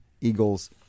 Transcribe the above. Eagles